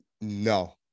No